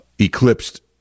eclipsed